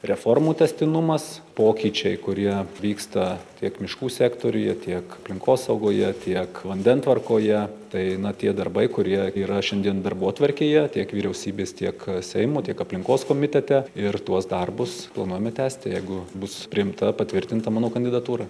reformų tęstinumas pokyčiai kurie vyksta tiek miškų sektoriuje tiek aplinkosaugoje tiek vandentvarkoje tai na tie darbai kurie yra šiandien darbotvarkėje tiek vyriausybės tiek seimo tiek aplinkos komitete ir tuos darbus planuojama tęsti jeigu bus priimta patvirtinta mano kandidatūra